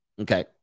Okay